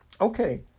Okay